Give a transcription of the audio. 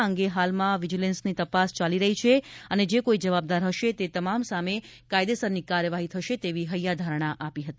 આ અંગે હાલમાં વિજીલન્સની તપાસ ચાલી રહી છે અને જે કોઈ જવાબદાર હશે તે તમામ સામે કાયદેસરની કાર્યવાહી થશે તેવી હૈયાધારણા આપી હતી